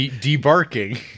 Debarking